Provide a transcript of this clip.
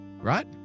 Right